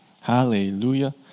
Hallelujah